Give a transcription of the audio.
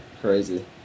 Crazy